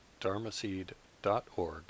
dharmaseed.org